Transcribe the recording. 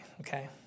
okay